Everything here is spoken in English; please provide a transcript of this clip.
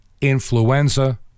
influenza